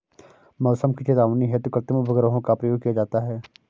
मौसम की चेतावनी हेतु कृत्रिम उपग्रहों का प्रयोग किया जाता है